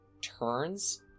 turns